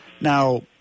Now